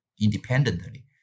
independently